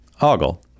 Ogle